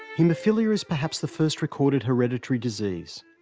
haemophilia is perhaps the first-recorded hereditary disease.